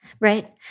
Right